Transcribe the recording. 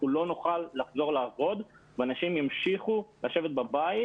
אנחנו לא נוכל לחזור לעבוד ואנשים ימשיכו לשבת בבית